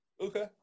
Okay